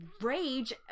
rage